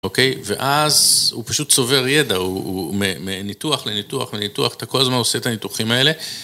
אוקיי? ואז הוא פשוט צובר ידע, הוא מניתוח לניתוח לניתוח, אתה כל הזמן עושה את הניתוחים האלה.